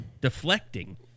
deflecting